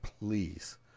please